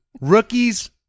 Rookies